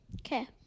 Okay